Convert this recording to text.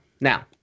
Now